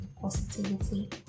positivity